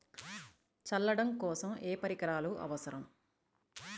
చల్లడం కోసం ఏ పరికరాలు అవసరం?